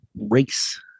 race